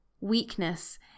weakness